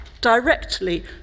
directly